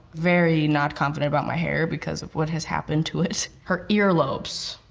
very not confident about my hair because of what has happened to it. her earlobes.